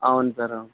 అవును సార్ అవును